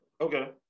Okay